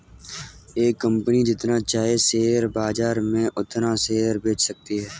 एक कंपनी जितना चाहे शेयर बाजार में उतना शेयर बेच सकती है